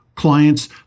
Clients